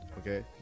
okay